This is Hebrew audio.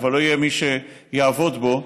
אבל לא יהיה מי שיעבוד פה.